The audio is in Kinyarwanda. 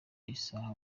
isaha